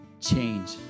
change